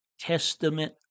Testament